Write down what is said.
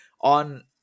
on